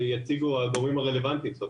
שיציגו הגורמים הרלוונטיים על זה.